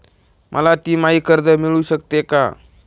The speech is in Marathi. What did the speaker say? मला तिमाही कर्ज मिळू शकते का?